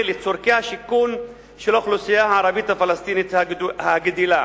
לצורכי השיכון של האוכלוסייה הערבית הפלסטינית הגדלה.